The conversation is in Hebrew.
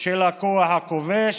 של הכוח הכובש,